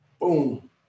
Boom